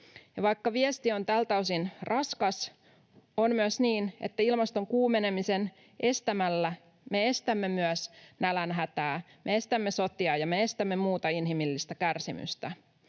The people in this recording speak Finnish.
vaikka viesti on tältä osin raskas, on myös niin, että estämällä ilmaston kuumenemisen me estämme myös nälänhätää, sotia ja muuta inhimillistä kärsimystä